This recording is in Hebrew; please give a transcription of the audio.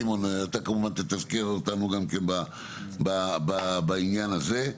סימון, אתה כמובן תתזכר אותנו גם כן בעניין הזה.